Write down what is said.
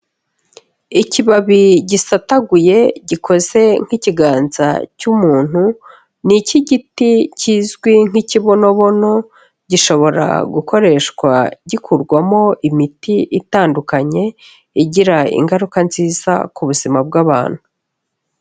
Ikibabi gisataguye gikoze nk'ikiganza cy'umuntu, ni icy'igiti kizwi nk'ikibonobono, gishobora gukoreshwa gikurwamo imiti itandukanye, igira ingaruka nziza ku buzima bw'abantu.